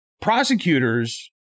prosecutors